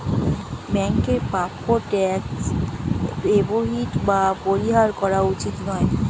ব্যাংকের প্রাপ্য tax avoid বা পরিহার করা উচিত নয়